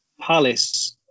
Palace